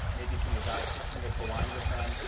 maybe seeing a dietitian that's aligned with them.